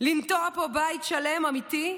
/ לנטוע פה בית שלם, אמיתי?